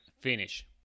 finish